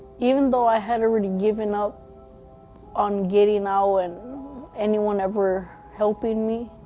even though i had already given up on getting out and anyone ever helping me,